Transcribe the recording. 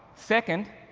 second,